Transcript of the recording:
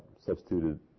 substituted